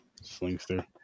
Slingster